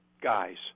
guys